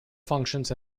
functions